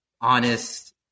honest